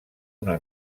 una